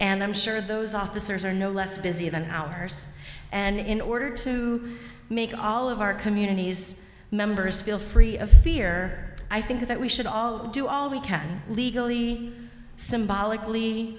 and i'm sure those officers are no less busy than ours and in order to make all of our communities members feel free of fear i think that we should all do all we can legally symbolically